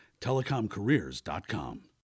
telecomcareers.com